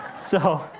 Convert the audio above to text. so,